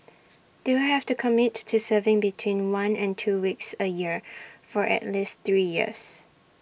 they will have to commit to serving between one and two weeks A year for at least three years